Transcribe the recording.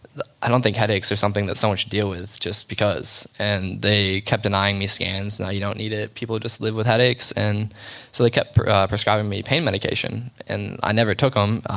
i don't think headaches are something that someone should deal with just because. and they kept denying me scans, no you don't need it people just live with headaches and so they kept prescribing me pain medication. and i never took um